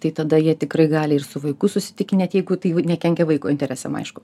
tai tada jie tikrai gali ir su vaiku susitikinėt jeigu tai nekenkia vaiko interesam aišku